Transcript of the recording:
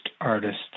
artist